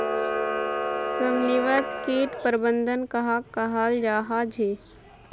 समन्वित किट प्रबंधन कहाक कहाल जाहा झे?